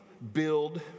Build